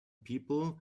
people